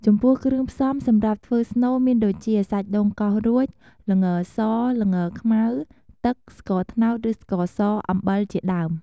ចំពោះ គ្រឿងផ្សំសម្រាប់ធ្វើស្នូលមានដូចជា សាច់ដូងកោសរួច ល្ងស ល្ងខ្មៅ ទឹក ស្ករត្នោត ឬស្ករស អំបិលជាដើម។